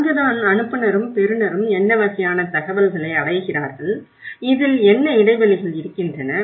அங்குதான் அனுப்புநரும் பெறுநரும் என்ன வகையான தகவல்களை அடைகிறார்கள் இதில் என்ன இடைவெளிகள் இருக்கின்றன